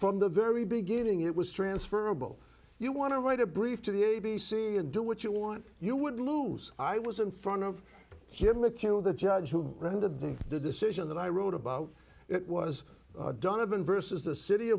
from the very beginning it was transferrable you want to write a brief to the a b c and do what you want you would lose i was in front of him to kill the judge who wrote of the the decision that i wrote about it was donovan versus the city